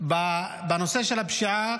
בנושא של הפשיעה,